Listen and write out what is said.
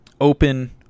open